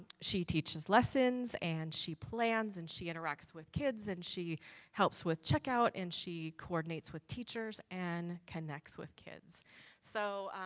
she teaches lessons and she plans and she interacts with kids. an and she helps with check out and she coordinates with teachers. an connects with kids so,